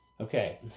Okay